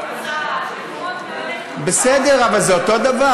כמו צה"ל, מקומות כאלה, בסדר, אבל זה אותו דבר.